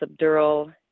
subdural